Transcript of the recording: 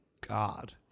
God